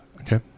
Okay